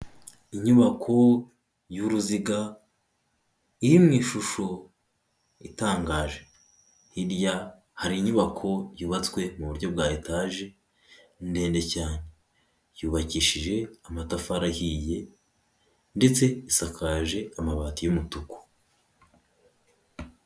Inyubako y'uruziga iri mu ishusho itangaje, hirya hari inyubako yubatswe mu buryo bwa etaje ndende cyane, yubakishije amatafarihiye ndetse isakaje amabati y'umutuku.